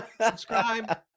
Subscribe